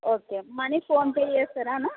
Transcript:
okay money PhonePe చేస్తారా అన్నా